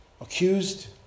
Accused